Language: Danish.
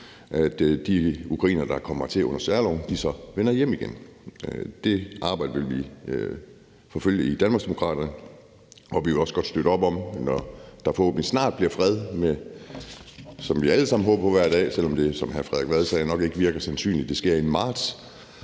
de ukrainere, der er kommet hertil under særloven, hjem igen. Det arbejde vil vi forfølge i Danmarksdemokraterne, og vi vil også godt støtte op om, at når der forhåbentlig snart bliver fred, som vi alle sammen håber på hver dag, selv om det, som hr. Frederik Vad sagde, nok ikke virker sandsynligt sker inden marts,